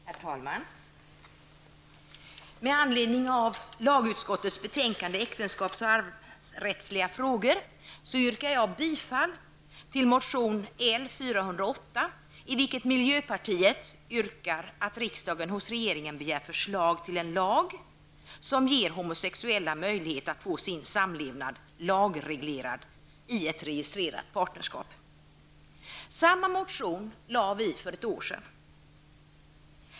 Herr talman! Med anledning av lagutskottets betänkande om äktenskaps och arvsrättsliga frågor yrkar bifall till motion L408, i vilken miljöpartiet yrkar att riksdagen hos regeringen begär förslag till en lag som ger homosexuella möjlighet att få sin samlevnad lagreglerad i ett registrerat partnerskap. En motion med samma innebörd väckte vi för ett år sedan.